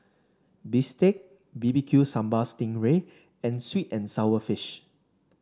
Bistake B B Q Sambal Sting Ray and sweet and sour fish